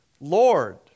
lord